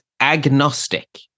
agnostic